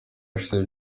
hashize